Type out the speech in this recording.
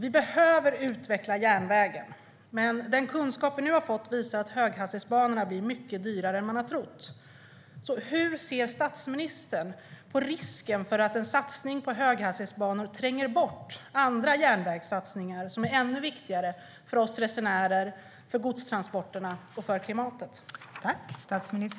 Vi behöver utveckla järnvägen, men den kunskap vi nu har fått visar att höghastighetsbanorna blir mycket dyrare än man trott. Hur ser statsministern på risken för att en satsning på höghastighetsbanor tränger bort andra järnvägssatsningar som är ännu viktigare för oss resenärer, för godstransporterna och för klimatet?